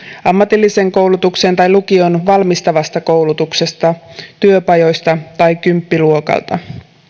ammatilliseen koulutukseen tai lukioon valmistavasta koulutuksesta työpajoista tai kymppiluokalta